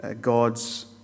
God's